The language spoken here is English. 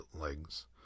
legs